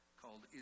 called